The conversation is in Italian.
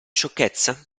sciocchezza